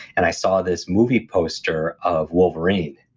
and i saw this movie poster of wolverine,